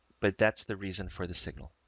but that's the reason for the signal.